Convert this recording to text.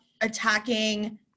attacking